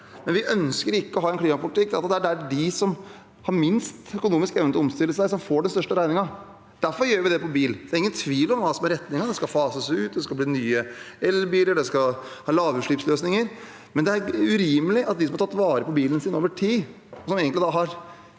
men vi ønsker ikke å ha en klimapolitikk der det er de som har minst økonomisk evne til å omstille seg som får den største regningen. Derfor gjør vi det på bil. Det er ingen tvil om hva som er retningen: Det skal fases ut, det skal bli nye elbiler, vi skal ha lavutslippsløsninger. Men det er urimelig at det er de som har tatt vare på bilen sin over tid, og som har